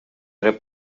dret